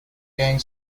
getting